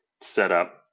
setup